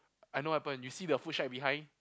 I know what happen you see the food shack behind